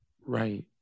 Right